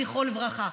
זכרו לברכה.